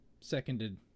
seconded